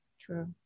true